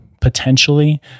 potentially